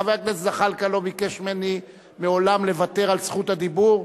חבר הכנסת זחאלקה לא ביקש ממני מעולם לוותר על רשות הדיבור.